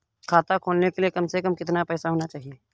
खाता खोलने के लिए कम से कम कितना पैसा होना चाहिए?